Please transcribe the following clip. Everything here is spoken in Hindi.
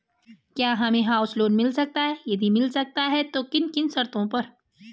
क्या हमें हाउस लोन मिल सकता है यदि मिल सकता है तो किन किन शर्तों पर?